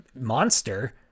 monster